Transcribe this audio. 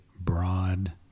broad